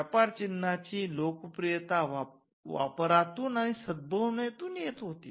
व्यापार चिन्हाची लोकप्रियता वापरातून आणि सद्भावनेतून येत होती